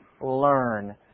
learn